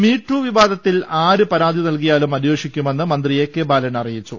me too വിവാദത്തിൽ ആര് പരാതി നൽകിയാലും അനേഷിക്കുമെന്ന് മന്ത്രി എ കെ ബാലൻ അറിയിച്ചു